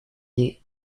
des